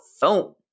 phone